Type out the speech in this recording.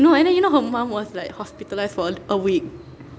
no and then you know her mum was like hospitalised for a week